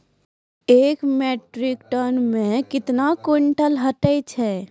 एक metric tonne मे कतवा क्वींटल हैत छै?